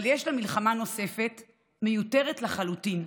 אבל יש לה מלחמה נוספת ומיותרת לחלוטין,